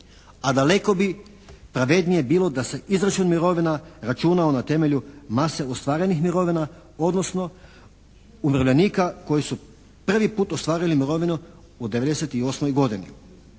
a daleko bi pravednije bilo da se izračun mirovina računao na temelju mase ostvarenih mirovina, odnosno umirovljenika koji su prvi puta ostvarili mirovinu u 98. godini.